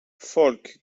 folk